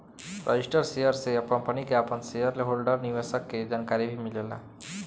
registered share से company के आपन शेयर होल्डर निवेशक के जानकारी भी मिलेला